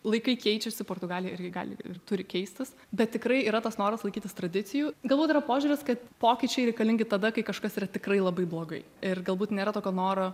laikai keičiasi portugalija irgi gali ir turi keistis bet tikrai yra tas noras laikytis tradicijų galbūt yra požiūris kad pokyčiai reikalingi tada kai kažkas yra tikrai labai blogai ir galbūt nėra tokio noro